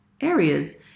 areas